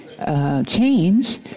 Change